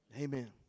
Amen